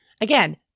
Again